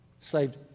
saved